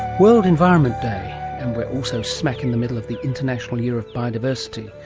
world environment day, and we're also smack in the middle of the international year of biodiversity.